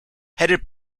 headed